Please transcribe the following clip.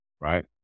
right